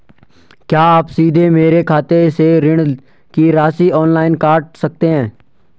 क्या आप सीधे मेरे खाते से ऋण की राशि ऑनलाइन काट सकते हैं?